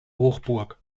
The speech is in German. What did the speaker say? hochburg